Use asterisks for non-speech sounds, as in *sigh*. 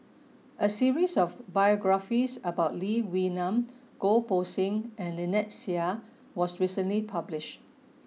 *noise* a series of biographies about Lee Wee Nam Goh Poh Seng and Lynnette Seah was recently published